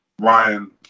Ryan